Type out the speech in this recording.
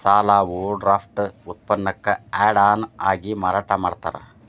ಸಾಲ ಓವರ್ಡ್ರಾಫ್ಟ್ ಉತ್ಪನ್ನಕ್ಕ add on ಆಗಿ ಮಾರಾಟ ಮಾಡ್ತಾರ